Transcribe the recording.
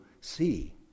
see